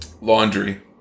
laundry